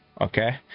okay